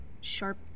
sharp